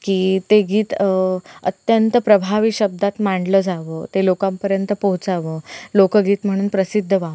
की ते गीत अत्यंत प्रभावी शब्दात मांडलं जावं ते लोकांपर्यंत पोहोचावं लोकगीत म्हणून प्रसिद्ध व्हावं